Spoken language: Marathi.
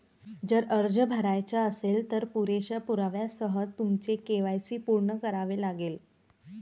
जर अर्ज भरायचा असेल, तर पुरेशा पुराव्यासह तुमचे के.वाय.सी पूर्ण करावे लागेल